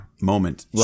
moment